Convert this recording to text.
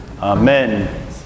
Amen